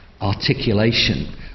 articulation